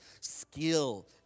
skill